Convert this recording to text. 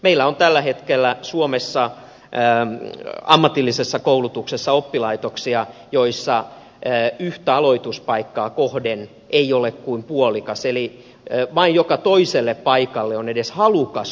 meillä on tällä hetkellä suomessa ammatillisen koulutuksen oppilaitoksia joissa yhtä aloituspaikkaa kohden ei ole kuin puolikas opiskelija tulossa eli vain joka toiselle paikalle on edes halukas opiskelija tulossa